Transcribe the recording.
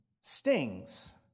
stings